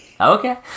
Okay